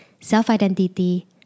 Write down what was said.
self-identity